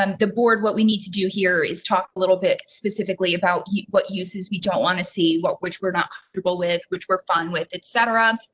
um the board. what we need to do here is talk a little bit specifically about what uses. we don't want to see what, which we're not comfortable with, which we're fine with et cetera.